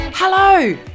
Hello